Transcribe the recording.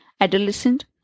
adolescent